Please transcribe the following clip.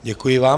Děkuji vám.